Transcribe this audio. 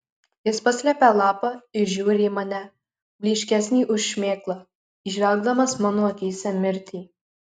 jis paslepia lapą ir žiūri į mane blyškesnį už šmėklą įžvelgdamas mano akyse mirtį